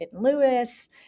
Lewis